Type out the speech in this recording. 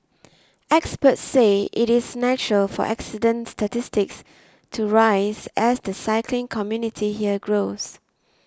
experts say it is natural for accident statistics to rise as the cycling community here grows